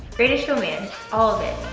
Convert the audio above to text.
british allman, all of it.